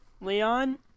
Leon